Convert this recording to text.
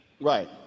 right